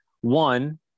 One